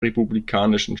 republikanischen